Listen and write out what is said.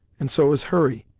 and so is hurry.